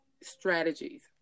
strategies